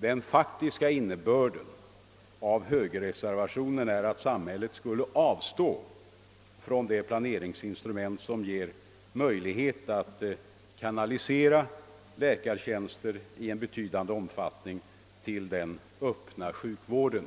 Den faktiska innebörden av denna reservation är att samhället skulle avstå från det planeringsinstrument som ger möjligheter att i betydande omfattning kanalisera läkartjänster till den öppna sjukvården.